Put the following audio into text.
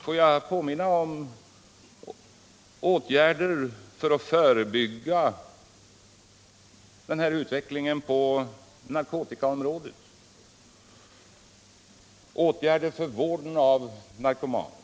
Låt mig här också påminna om de förebyggande åtgärder som vidtas på narkotikaområdet och för att förbättra vården av narkomaner.